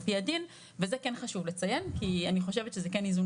פי הדין ואת זה כן חשוב לציין כי אני חושבת שזה כן איזון